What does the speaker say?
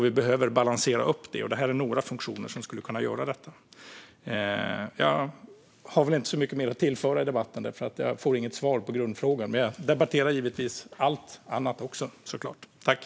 Vi behöver balansera upp den, och det här är några funktioner som skulle kunna göra det. Jag har väl inte så mycket mer att tillföra i debatten, för jag får inget svar på grundfrågan. Men jag debatterar givetvis också allt annat.